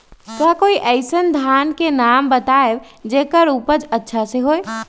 का कोई अइसन धान के नाम बताएब जेकर उपज अच्छा से होय?